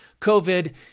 COVID